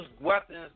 weapons